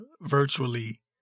virtually